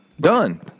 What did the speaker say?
Done